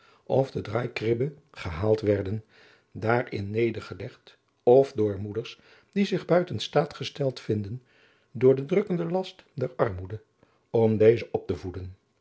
of de draaikribbe gehaald werden daarin nedergelegd of door moeders die zich buiten staat gesteld vinden door den drukkenden last der armoede om deze op te voeden